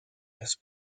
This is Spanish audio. los